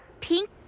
pink